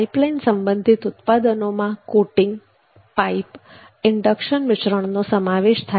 pipeline સંબંધિત ઉત્પાદનો માં કોટિંગપાઈપઈન્ડકશન મિશ્રણનો સમાવેશ થાય છે